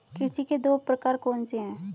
कृषि के दो प्रकार कौन से हैं?